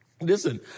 Listen